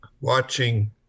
watching